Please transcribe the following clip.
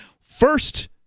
First